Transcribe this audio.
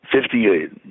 Fifty-eight